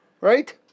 Right